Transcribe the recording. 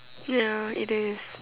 ya it is